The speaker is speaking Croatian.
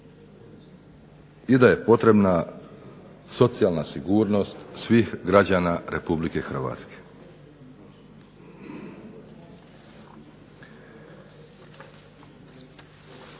i da je potrebna socijalna sigurnost svih građana Republike Hrvatske.